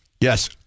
Yes